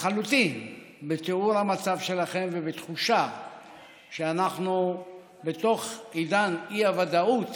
לחלוטין בתיאור המצב שלכם ובתחושה שאנחנו בתוך עידן האי-ודאות